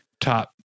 top